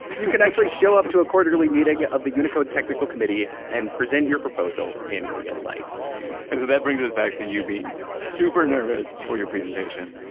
you can actually show up to a quarterly meeting of the unicode technical committee and present your proposal in real life and so that brings us back to you being super nervous before your presentation,